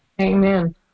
Amen